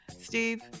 Steve